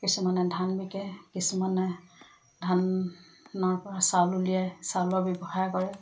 কিছুমানে ধান বিকে কিছুমানে ধানৰ পৰা চাউল উলিয়াই চাউলৰ ব্যৱসায় কৰে